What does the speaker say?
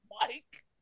Mike